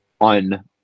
on